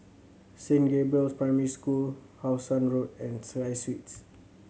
Saint Gabriel's Primary School How Sun Road and Sky Suites